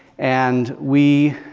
and we